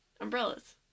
Umbrellas